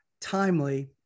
timely